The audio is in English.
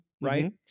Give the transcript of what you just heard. right